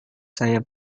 saya